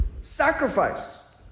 sacrifice